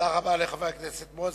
תודה רבה לחבר הכנסת מוזס.